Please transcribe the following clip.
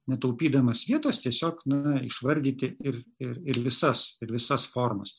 netaupydamas vietos tiesiog na išvardyti ir ir ir visas ir visas formas